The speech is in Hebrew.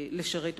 לשרת בצבא,